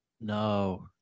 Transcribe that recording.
No